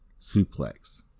suplex